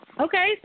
Okay